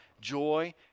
joy